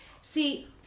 See